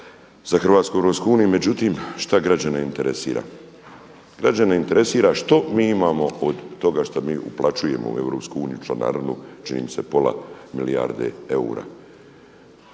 Europsku uniju. Međutim šta građane interesira? Građane interesira što mi imamo od toga što mi uplaćujemo u EU članarinu čini mi se pola milijarde eura.